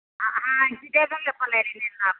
ਨਾਪ